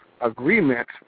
agreement